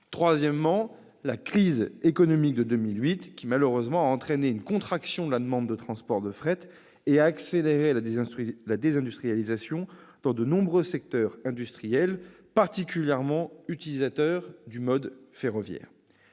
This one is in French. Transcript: troisièmement, la crise économique de 2008, qui a malheureusement entraîné une contraction de la demande de transport de fret et accéléré la désindustrialisation dans de nombreux secteurs industriels particulièrement utilisateurs du mode ferroviaire.